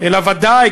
אלא בוודאי,